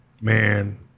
Man